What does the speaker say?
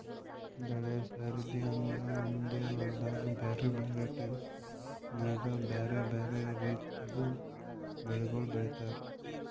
ಬೆಳೆ ಸರದಿ ಅಂದುರ್ ಒಂದೆ ಹೊಲ್ದಾಗ್ ಬ್ಯಾರೆ ಬ್ಯಾರೆ ಟೈಮ್ ನ್ಯಾಗ್ ಬ್ಯಾರೆ ಬ್ಯಾರೆ ರಿತಿದು ಬೆಳಿಗೊಳ್ ಬೆಳೀತಾರ್